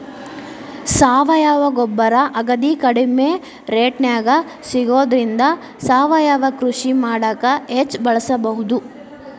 ಸಾವಯವ ಗೊಬ್ಬರ ಅಗದಿ ಕಡಿಮೆ ರೇಟ್ನ್ಯಾಗ ಸಿಗೋದ್ರಿಂದ ಸಾವಯವ ಕೃಷಿ ಮಾಡಾಕ ಹೆಚ್ಚ್ ಬಳಸಬಹುದು